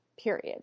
period